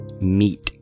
meat